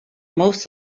most